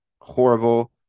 horrible